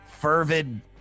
fervid